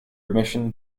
admission